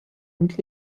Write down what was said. und